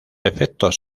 efectos